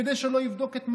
כדי שלא יבדוק את מנדלבליט.